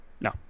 No